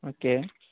okay